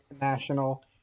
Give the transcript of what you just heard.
National